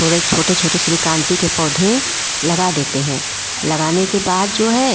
थोड़े छोटे छोटे के पौधे लगा देते है लगाने के बाद जो है